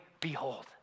behold